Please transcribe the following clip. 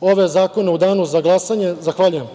ove zakone u danu za glasanje. Zahvaljujem.